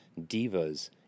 divas